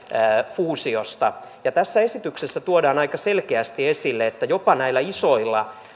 fuusiosta ja tässä esityksessä tuodaan aika selkeästi esille että jopa näillä isoilla